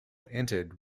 entered